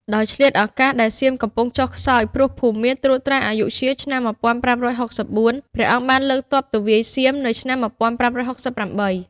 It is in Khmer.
ដោយឆ្លៀតឱកាសដែលសៀមកំពុងចុះខ្សោយព្រោះភូមាត្រួតត្រាអយុធ្យា (ឆ្នាំ ១៥៦៤) ព្រះអង្គបានលើកទ័ពទៅវាយសៀមនៅឆ្នាំ ១៥៦៨។